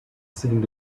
seemed